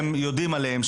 שהם יודעים עליהם,